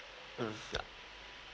mm